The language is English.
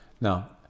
Now